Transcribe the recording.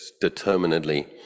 determinedly